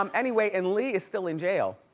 um anyway, and lee is still in jail.